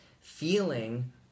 feeling